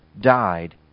died